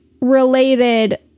related